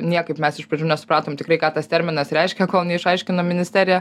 niekaip mes iš pradžių nesupratom tikrai ką tas terminas reiškia kol neišaiškino ministerija